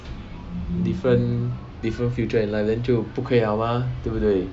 different different future in life then 就不可以了吗对不对